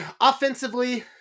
offensively